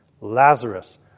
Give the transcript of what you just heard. Lazarus